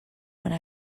one